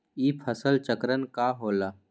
ई फसल चक्रण का होला?